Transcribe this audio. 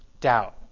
doubt